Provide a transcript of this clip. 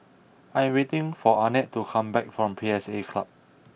I am waiting for Arnett to come back from P S A Club